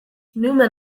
newman